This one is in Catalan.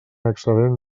excedent